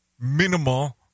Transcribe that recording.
minimal